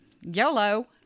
YOLO